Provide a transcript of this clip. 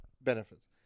benefits